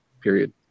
period